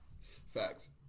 Facts